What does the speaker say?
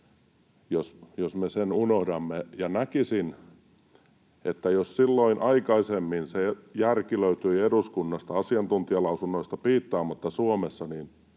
jos me sen unohdamme. Näkisin, että jos silloin aikaisemmin se järki löytyi eduskunnasta asiantuntijalausunnoista piittaamatta,